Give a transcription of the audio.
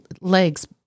legs